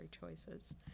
choices